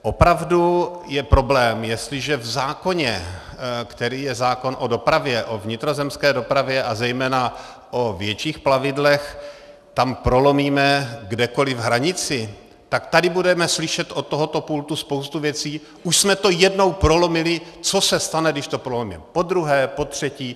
Opravdu je problém, jestliže v zákoně, který je zákon o dopravě, o vnitrozemské dopravě a zejména o větších plavidlech, tam prolomíme kdekoliv hranici, tak tady budeme slyšet od tohoto pultu spoustu věcí: už jsme to jednou prolomili, co se stane, když to prolomíme podruhé, potřetí?